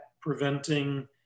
preventing